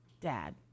dad